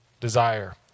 desire